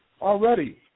already